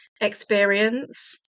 experience